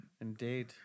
Indeed